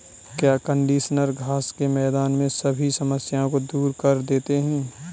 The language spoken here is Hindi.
क्या कंडीशनर घास के मैदान में सभी समस्याओं को दूर कर देते हैं?